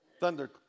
thunder